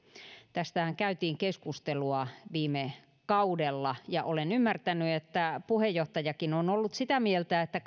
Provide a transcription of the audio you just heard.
tästähän käytiin keskustelua viime kaudella ja olen ymmärtänyt että puheenjohtajakin on ollut sitä mieltä että